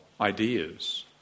ideas